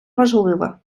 важливе